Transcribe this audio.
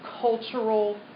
cultural